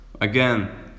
again